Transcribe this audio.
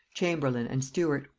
chamberlain, and steward.